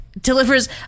delivers